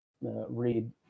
read